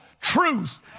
truth